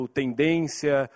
tendência